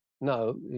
no